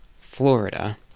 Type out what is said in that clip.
Florida